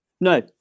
no